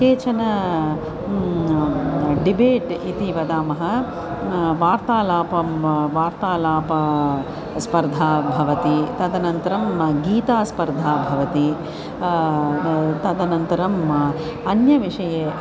केचन डिबेट् इति वदामः वार्तालापं वार्तालापस्पर्धा भवति तदनन्तरं गीतास्पर्धा भवति तदनन्तरम् अन्यविषये